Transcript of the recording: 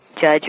judge